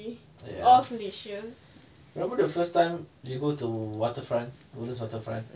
ya remember the first time you go to waterfront woodlands waterfront I think so